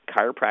chiropractic